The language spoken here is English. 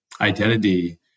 identity